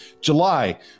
July